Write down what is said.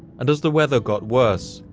and as the weather got worse,